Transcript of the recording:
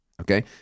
okay